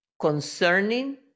concerning